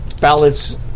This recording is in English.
Ballots